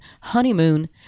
honeymoon